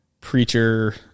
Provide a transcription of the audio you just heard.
preacher